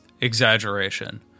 exaggeration